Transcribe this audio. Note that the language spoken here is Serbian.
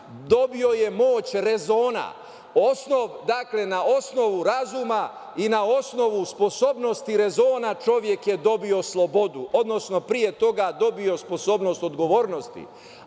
dobio je moć rezona. Dakle, na osnovu razuma i na osnovu sposobnosti rezona čovek je dobio slobodu, odnosno pre toga je dobio sposobnost odgovornosti,